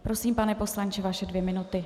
Prosím, pane poslanče, vaše dvě minuty.